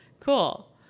cool